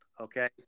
okay